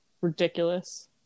Ridiculous